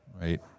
right